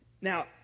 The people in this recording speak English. Now